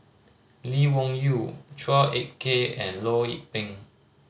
Lee Wung Yew Chua Ek Kay and Loh Lik Peng